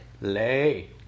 Lay